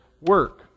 work